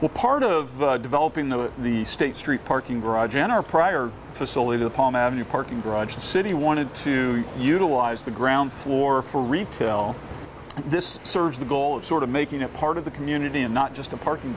speak part of developing the the state street parking garage and our prior facility the palm avenue parking garage the city wanted to utilize the ground floor for retail this serves the goal of sort of making a part of the community and not just a parking